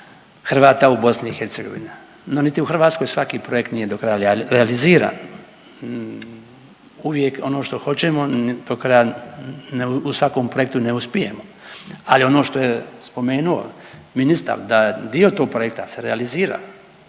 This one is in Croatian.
Hrvata u BiH. No, niti u Hrvatskoj svaki projekt nije do kraja realiziran. Uvijek ono što hoćemo do kraja u svakom projektu ne uspijemo, ali ono što je spomenu ministar da dio tog projekta se realizira